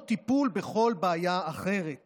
עוד מעט אני אסביר את זה.